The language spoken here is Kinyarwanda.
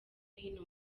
hino